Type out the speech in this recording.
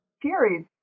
Scary